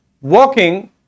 walking